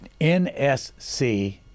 nsc